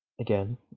again